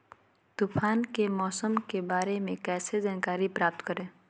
तूफान के मौसम के बारे में कैसे जानकारी प्राप्त करें?